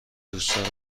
دوستدار